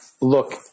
Look